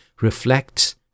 reflects